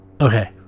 okay